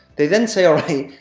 they then say alright,